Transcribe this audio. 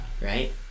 right